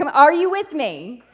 um are you with me!